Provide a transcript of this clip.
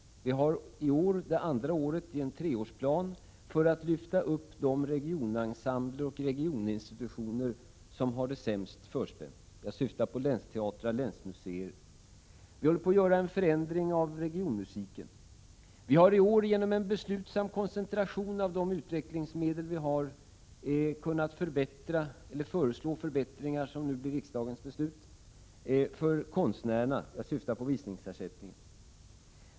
I år har vi det andra året i en treårsplan för att lyfta upp de regionensembler och regioninstitutioner som har det sämst förspänt. Jag syftar på länsteatrar och länsmuseer. Vi håller på att göra en förändring av regionmusiken. Vi har i år genom en beslutsam koncentration av de utvecklingsmedel som står till buds kunnat föreslå förbättringar, som nu blir riksdagens beslut, för konstnärerna. Jag syftar på visningsersättningen.